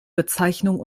bezeichnung